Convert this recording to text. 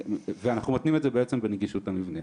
ואנחנו מתנים את זה בעצם בנגישות המבנה.